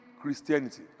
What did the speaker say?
Christianity